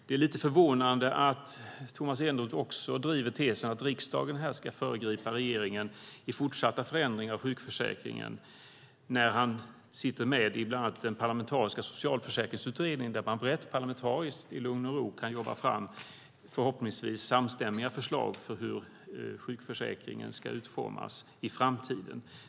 Det är lite förvånande att Tomas Eneroth också driver tesen att riksdagen här ska föregripa regeringen med fortsatta förändringar av sjukförsäkringen när han sitter med i bland annat den parlamentariska socialförsäkringsutredningen, där man brett parlamentariskt i lugn och ro kan jobba fram förhoppningsvis samstämmiga förslag om hur sjukförsäkringen ska utformas i framtiden.